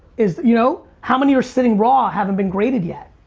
is, you know, how many are sitting raw, haven't been graded yet?